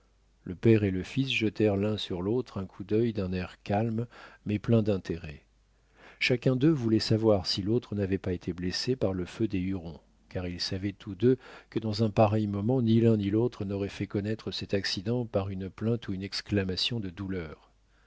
le père et le fils jetèrent l'un sur l'autre un coup d'œil d'un air calme mais plein d'intérêt chacun d'eux voulait savoir si l'autre n'avait pas été blessé par le feu des hurons car ils savaient tous deux que dans un pareil moment ni l'un ni l'autre n'aurait fait connaître cet accident par une plainte ou une exclamation de douleur